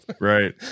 right